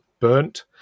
burnt